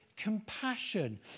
Compassion